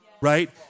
right